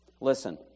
Listen